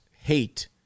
hate